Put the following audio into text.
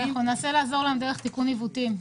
ננסה לעזור להם דרך תיקון עיוותים.